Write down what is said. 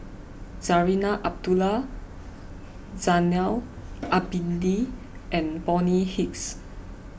Zarinah Abdullah Zainal Abidin and Bonny Hicks